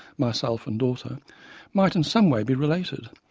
myself and daughter might in some way be related,